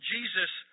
Jesus